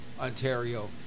Ontario